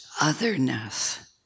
otherness